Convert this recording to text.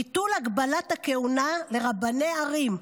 ביטול הגבלת הכהונה לרבני ערים,